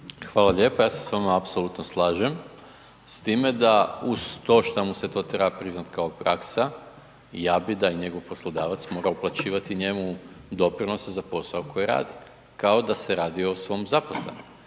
Hvala lijepo. Ja se s vama apsolutno slažem. S time da uz to što mu to treba priznati kao praksa ja bi da i njegov poslodavac mora uplaćivati njemu doprinose za posao koji radi, kao da se radi o svom zaposlenom.